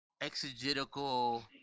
exegetical